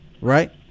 right